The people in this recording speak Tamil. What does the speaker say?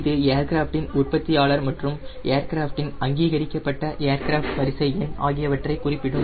இது ஏர்கிராஃப்டின் உற்பத்தியாளர் மற்றும் ஏர்கிராஃப்ட் இன் அங்கீகரிக்கப்பட்ட ஏர்கிராஃப்ட் வரிசை எண் ஆகியவற்றை குறிப்பிடும்